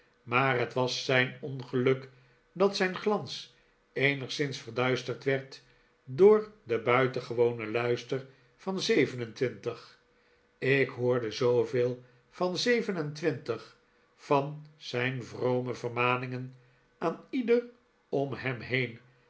maar het was zijn ongeluk dat zijn glans eenigszins verduisterd werd door den buitengewonen luister van zeven en twintig ik hoorde zooveel van zeven en twintig van zijn vrome vermaningen aan ieder om hem heen